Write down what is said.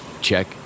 check